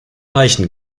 leichen